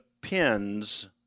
pins